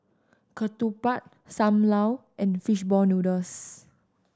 ketupat Sam Lau and fish ball noodles